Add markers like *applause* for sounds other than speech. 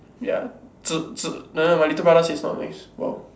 ya *noise* no no my little brother say it's not nice !wow!